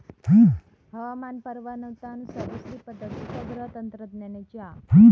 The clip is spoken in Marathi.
हवामान पुर्वानुमानात दुसरी पद्धत उपग्रह तंत्रज्ञानाची हा